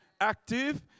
active